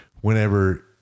whenever